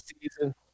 season